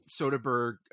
Soderbergh